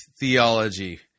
theology